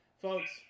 Folks